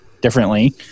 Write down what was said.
differently